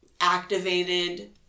activated